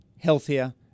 healthier